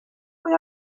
way